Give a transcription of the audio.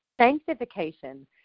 Sanctification